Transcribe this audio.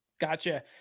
Gotcha